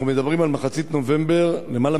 אנחנו מדברים על מחצית נובמבר, למעלה